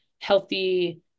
healthy